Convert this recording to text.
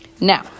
Now